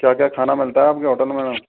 क्या क्या खाना मिलता है आपके होटल में